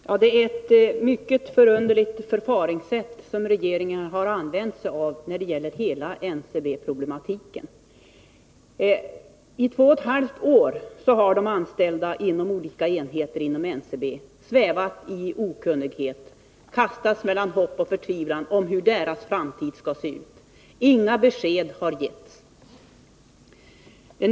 Herr talman! Det är ett mycket underligt förfarande som regeringen har använt sig av när det gäller hela NCB-problematiken. I två och ett halvt år har rd de anställda vid olika enheter inom NCB svävat i okunnighet. De har kastats mellan hopp och förtvivlan om hur deras framtid skall komma att se ut. Inga besked har getts.